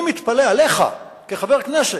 אני מתפלא עליך, כחבר כנסת,